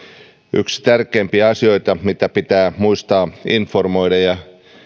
yksi tärkeimpiä asioita mistä pitää muistaa informoida ja